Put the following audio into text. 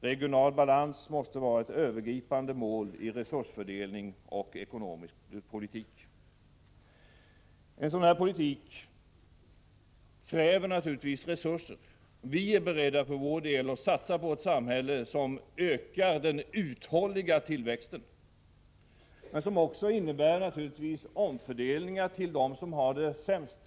Regional balans måste vara ett övergripande mål i resursfördelning och En sådan här politik kräver naturligtvis resurser. Vi är för vår del beredda att satsa på ett samhälle som ökar den uthålliga tillväxten, men som också innebär omfördelningar till dem som har det sämst.